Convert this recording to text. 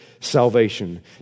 salvation